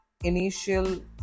Initial